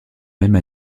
même